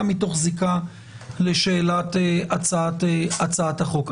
גם מתוך זיקה לשאלת הצעת החוק.